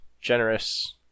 generous